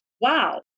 wow